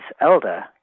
elder